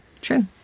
True